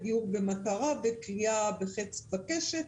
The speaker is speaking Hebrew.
בקליעה בחץ ובקשת,